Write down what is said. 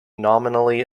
nominally